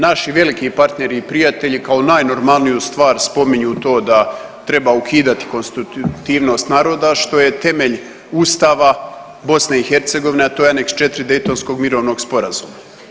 Naši veliki partneri i prijatelji kao najnormalniju stvar spominju to da treba ukidati konstitutivnost naroda što je temelj Ustava BiH, a to je aneks 4. Daytonskog mirovnog sporazuma.